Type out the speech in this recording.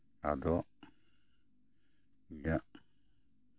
ᱟᱫᱚ ᱤᱧᱟᱹᱜ